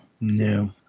No